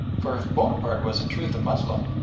for, if bonaparte was in truth a moslem,